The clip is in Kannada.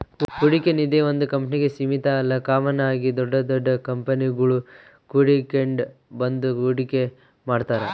ಹೂಡಿಕೆ ನಿಧೀ ಒಂದು ಕಂಪ್ನಿಗೆ ಸೀಮಿತ ಅಲ್ಲ ಕಾಮನ್ ಆಗಿ ದೊಡ್ ದೊಡ್ ಕಂಪನಿಗುಳು ಕೂಡಿಕೆಂಡ್ ಬಂದು ಹೂಡಿಕೆ ಮಾಡ್ತಾರ